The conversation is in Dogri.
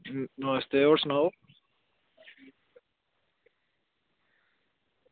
नमस्ते होर सनाओ